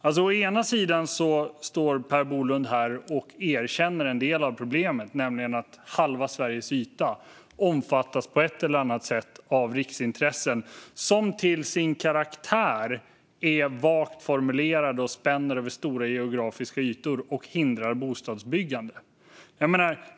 Per Bolund står här och erkänner en del av problemet, nämligen att halva Sveriges yta på ett eller annat sätt omfattas av riksintressen som till sin karaktär är vagt formulerade, spänner över stora geografiska ytor och hindrar bostadsbyggande.